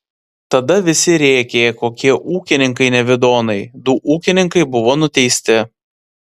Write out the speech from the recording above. tada visi rėkė kokie ūkininkai nevidonai du ūkininkai buvo nuteisti